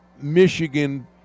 Michigan